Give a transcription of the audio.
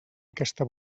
aquesta